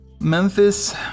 Memphis